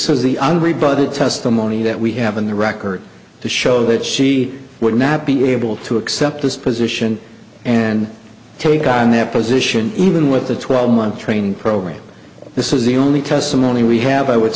budget testimony that we have in the record to show that she would not be able to accept this position and take on that position even with the twelve month training program this is the only testimony we have i would